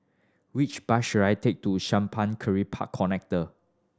which bus should I take to Simpang Kiri Park Connector